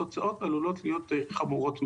התוצאות עלולות להיות חמורות מאוד.